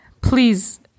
please